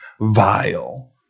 vile